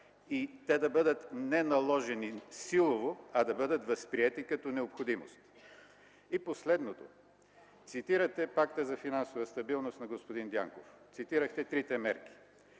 и те да бъдат не наложени силово, а да бъдат възприети като необходимост. И последното – цитирате Пакта за финансова стабилност на господин Дянков, цитирахте трите мерки.